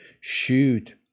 shoot